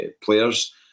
players